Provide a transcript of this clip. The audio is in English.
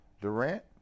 Durant